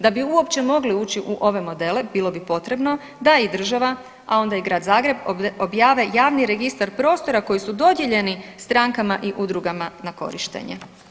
Da bi uopće mogli ući u ove modele bilo bi potrebno da i država, a onda i Grad Zagreb objave javni registar prostora koji su dodijeljeni strankama i udrugama na korištenje.